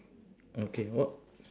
okay what